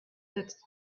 that